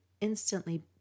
instantly